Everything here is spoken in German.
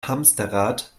hamsterrad